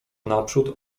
naprzód